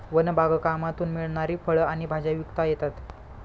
one बागकामातून मिळणारी फळं आणि भाज्या विकता येतात